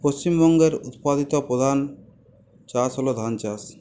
পশ্চিমবঙ্গের উৎপাদিত প্রধান চাষ হল ধান চাষ